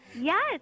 yes